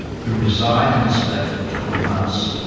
who reside in the state for twelve months,